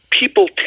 people